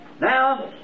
Now